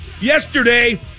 Yesterday